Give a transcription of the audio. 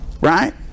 Right